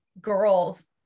girls